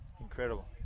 Incredible